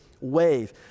wave